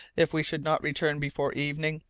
if we should not return before evening,